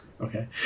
Okay